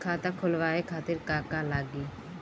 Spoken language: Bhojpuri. खाता खोलवाए खातिर का का लागी?